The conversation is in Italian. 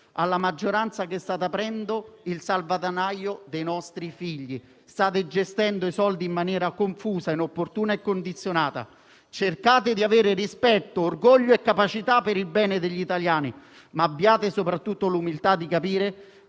della maggioranza che state aprendo il salvadanaio dei nostri figli e state gestendo i soldi in maniera confusa, inopportuna e condizionata. Cercate di avere rispetto, orgoglio e capacità, per il bene degli italiani, ma abbiate soprattutto l'umiltà di capire